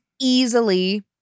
easily